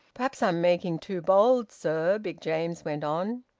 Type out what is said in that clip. perhaps i'm making too bold, sir, big james went on.